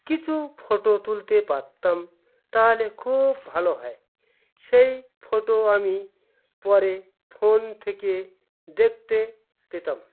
কিছু ফটো তুলতে পারতাম তাহলে খুব ভালো হয় সেই ফটো আমি পরে ফোন থেকে দেখতে পেতাম